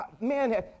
Man